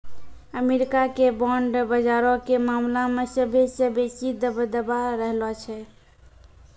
America के bond बजारो के मामला मे सभ्भे से बेसी दबदबा रहलो छै